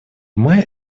мае